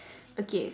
okay